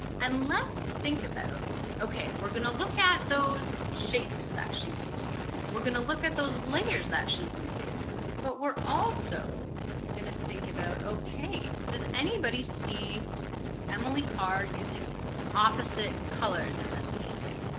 and let's think about okay we're gonna look at those shapes that she's using we're gonna look at those layers that she's using but we're also gonna think about okay does anybody see emily carr using opposite colors in this painting